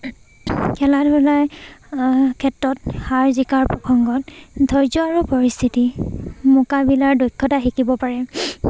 খেলা ধূলাৰ ক্ষেত্ৰত হাৰ জিকাৰ প্ৰসংগত ধৈৰ্য আৰু পৰিস্থিতি মোকাবিলাৰ দক্ষতা শিকিব পাৰে